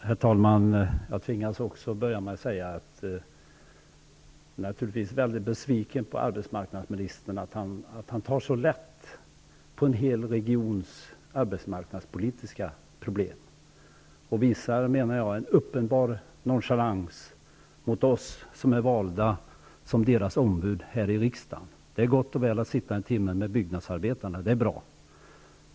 Herr talman! Jag tvingas också säga att jag är mycket besviken på att arbetsmarknadsministern tar så lätt på en hel regions arbetsmarknadspolitiska problem. Han visar en uppenbar nonchalans mot oss som är valda ombud här i riksdagen. Det är gott och väl att sitta en timme tillsammans med byggnadsarbetarna. Det är bra.